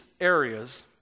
areas